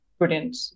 Brilliant